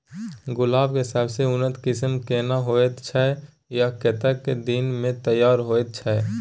गुलाब के सबसे उन्नत किस्म केना होयत छै आ कतेक दिन में तैयार होयत छै?